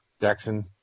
Jackson